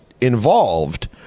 involved